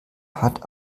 hat